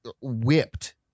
whipped